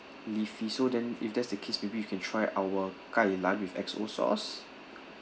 leafy so then if that's the case maybe you can try our kai lan with X_O sauce